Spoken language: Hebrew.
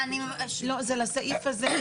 אני, לא, זה לסעיף הזה.